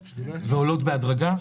ועולות בהדרגה.